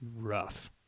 rough